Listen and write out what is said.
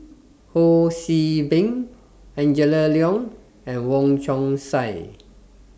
Ho See Beng Angela Liong and Wong Chong Sai